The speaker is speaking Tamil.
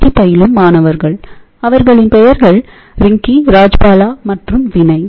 டி பயிலும் மாணவர்கள் அவர்களின் பெயர்கள் ரிங்கி ராஜ்பாலா மற்றும் வினய்